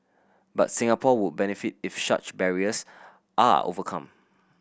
but Singapore would benefit if such barriers are overcome